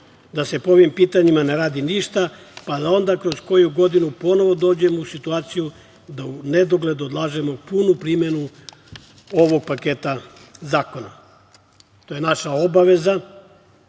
da se po ovim pitanjima ne radi ništa, pa da onda kroz koju godinu ponovo dođemo u situaciju da u nedogled odlažemo punu primenu ovog paketa zakona. To je naša obaveza